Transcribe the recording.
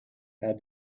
add